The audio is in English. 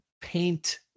paint